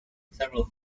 several